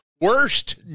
worst